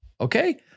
Okay